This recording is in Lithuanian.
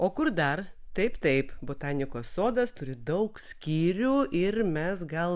o kur dar taip taip botanikos sodas turi daug skyrių ir mes gal